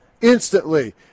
instantly